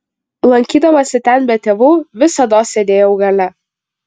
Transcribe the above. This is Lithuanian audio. lankydamasi ten be tėvų visados sėdėjau gale